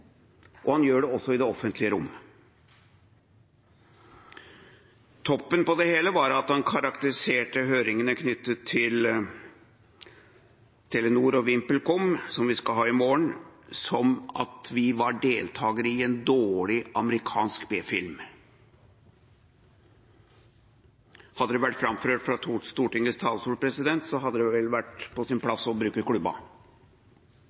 og han gjør det også i det offentlige rom. Toppen av det hele var at han karakteriserte høringene knyttet til Telenor og VimpelCom, som vi skal ha i morgen, som at vi var deltagere i en dårlig amerikansk B-film. Hadde det vært framført fra Stortingets talerstol, hadde det vel vært på sin